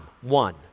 one